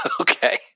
Okay